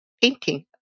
painting